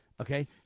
Okay